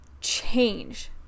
change